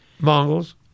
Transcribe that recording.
Mongols